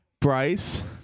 Bryce